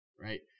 Right